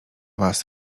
was